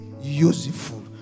useful